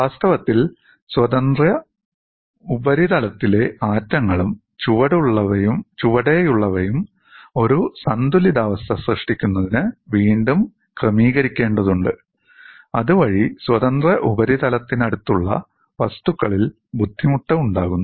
വാസ്തവത്തിൽ സ്വതന്ത്ര ഉപരിതലത്തിലെ ആറ്റങ്ങളും ചുവടെയുള്ളവയും ഒരു സന്തുലിതാവസ്ഥ സൃഷ്ടിക്കുന്നതിന് വീണ്ടും ക്രമീകരിക്കേണ്ടതുണ്ട് അതുവഴി സ്വതന്ത്ര ഉപരിതലത്തിനടുത്തുള്ള വസ്തുക്കളിൽ ബുദ്ധിമുട്ട് ഉണ്ടാകുന്നു